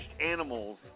animals